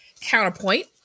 Counterpoint